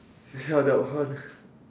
ya that one